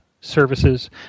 services